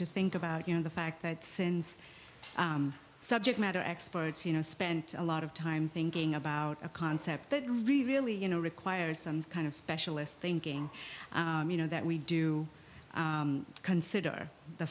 to think about you know the fact that since subject matter experts you know spend a lot of time thinking about a concept that really you know requires some kind of specialist thinking you know that we do consider the